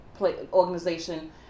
organization